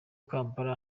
kampala